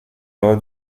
lors